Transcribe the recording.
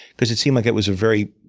because it seemed like it was a very